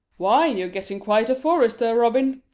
why, you're getting quite a forester, robin,